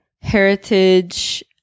heritage